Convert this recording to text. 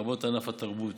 לרבות ענף התרבות,